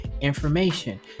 information